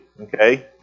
Okay